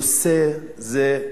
נושא זה,